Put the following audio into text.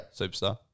Superstar